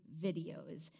videos